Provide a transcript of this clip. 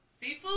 Seafood